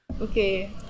Okay